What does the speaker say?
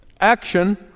Action